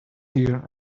year